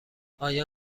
آیا